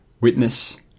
witness